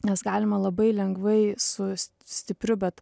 nes galima labai lengvai su stipriu bet